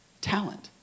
Talent